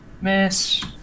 miss